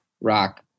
Rock